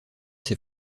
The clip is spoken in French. ses